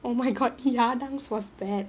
oh my god ya that [one] was bad